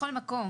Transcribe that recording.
בכל מקום,